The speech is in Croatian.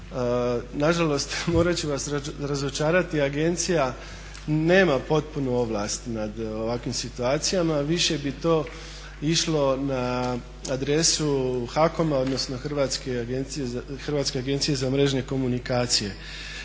na žalost morat ću vas razočarati. Agencija nema potpunu ovlast nad ovakvim situacijama. Više bi to išlo na adresu HAKOM-a odnosno Hrvatske agencije za mrežne komunikacije